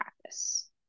practice